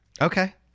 Okay